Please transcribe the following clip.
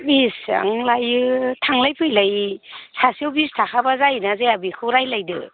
बेसेबां लायो थांलाय फैलाय सासेआव बिस थाखाबा जायो ना जाया बेखौ रायलायदो